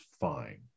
fine